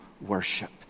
worship